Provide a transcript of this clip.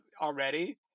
already